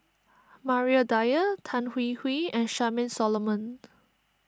Maria Dyer Tan Hwee Hwee and Charmaine Solomon